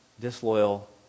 disloyal